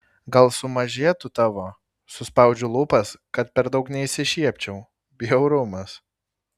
gal sumažėtų tavo suspaudžiu lūpas kad per daug neišsišiepčiau bjaurumas